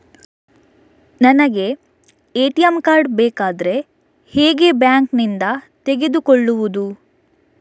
ನಮಗೆ ATM card ಬೇಕಾದ್ರೆ ಹೇಗೆ ಬ್ಯಾಂಕ್ ನಿಂದ ತೆಗೆದುಕೊಳ್ಳುವುದು?